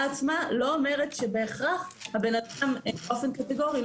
עצמה לא אומרת שבהכרח האדם לא מועסק באופן קטגורי.